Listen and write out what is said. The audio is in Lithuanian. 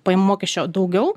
pajamų mokesčio daugiau